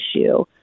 issue